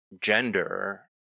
gender